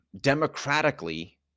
democratically